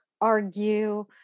argue